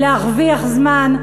להרוויח זמן.